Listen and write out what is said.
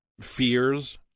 fears